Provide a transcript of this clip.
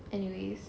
anyways